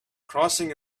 crossing